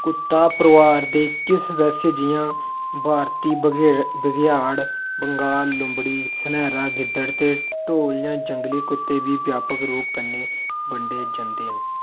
कुत्ता परोआर दे किश सदस्य जि'यां भारती भगेआड़ बंगाल लूंबड़ी सनैह्रा गिद्दड़ ते ढोल जां जंगली कुत्ते बी व्यापक रूप कन्नै बंडे जंदे न